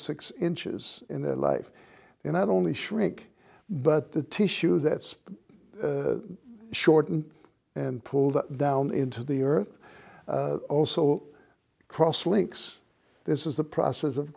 six inches in their life and i'd only shrink but the tissue that's shortened and pulled down into the earth also cross links this is the process of